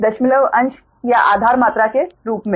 दशमलव अंश या आधार मात्रा के कई रूप में